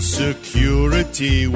security